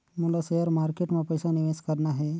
मोला share market मां पइसा निवेश करना हे?